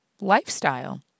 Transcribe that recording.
lifestyle